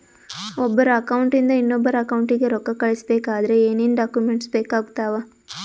ಒಬ್ಬರ ಅಕೌಂಟ್ ಇಂದ ಇನ್ನೊಬ್ಬರ ಅಕೌಂಟಿಗೆ ರೊಕ್ಕ ಕಳಿಸಬೇಕಾದ್ರೆ ಏನೇನ್ ಡಾಕ್ಯೂಮೆಂಟ್ಸ್ ಬೇಕಾಗುತ್ತಾವ?